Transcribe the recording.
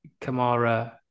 Kamara